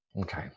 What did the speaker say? Okay